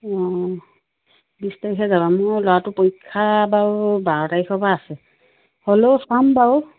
অঁ বিছ তাৰিখে যাবা মোৰ ল'ৰাটোৰ পৰীক্ষা বাৰু বাৰ তাৰিখৰ পৰা আছে হ'লেও চাম বাৰু